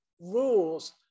rules